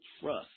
trust